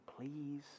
please